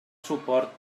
suport